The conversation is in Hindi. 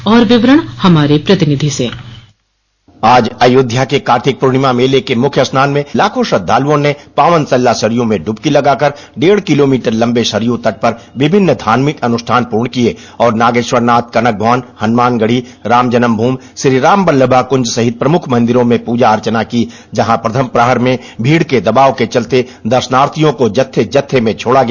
और विवरण हमारे प्रतिनिधि से आज अयोध्या के कार्तिक पूर्णिमा मेले के मुख्य मेले में लाखों श्रद्धालुओं ने पावन सरयू में डुबकी लगाकर विभिन्न धार्मिक अनुष्ठान किये और नागेश्वरनाथ कनक भवन हनुमानगढ़ी रामजन्मभूमि श्रीराम बल्लभ कुंज सहित प्रमुख मंदिरों में पूजा अर्चना की जहां प्रथम प्रहर में भीड़ के दवाब के चलते दर्शनार्थियों को जत्थे जत्थे मे छोड़ा गया